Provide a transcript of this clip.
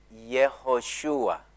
Yehoshua